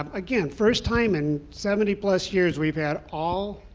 again, first time in seventy plus years we've had all,